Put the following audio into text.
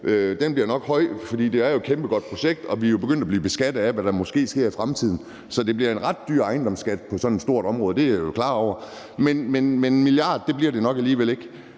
Den bliver nok høj, for det er jo et rigtig godt projekt, og vi er jo begyndt at blive beskattet af, hvad der måske sker i fremtiden. Så det bliver en ret dyr ejendomsskat på sådan et stort område, det er jeg jo klar over, men 1 mia. kr. bliver det nok alligevel ikke.